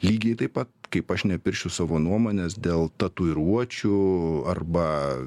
lygiai taip pat kaip aš nepiršiu savo nuomonės dėl tatuiruočių arba